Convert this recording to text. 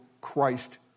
Christ